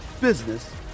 business